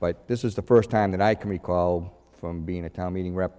but this is the first time that i can recall from being a town meeting rep